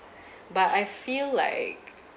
but I feel like